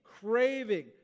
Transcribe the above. craving